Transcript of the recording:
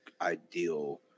ideal